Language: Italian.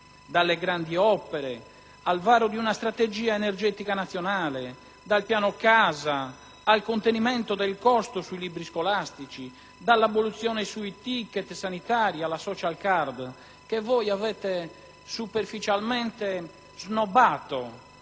dalle grandi opere al varo di una strategia energetica nazionale, dal piano casa al contenimento del costo dei libri scolastici, dall'abolizione dei *ticket* sanitari alla *social card*, che voi avete superficialmente snobbato